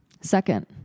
second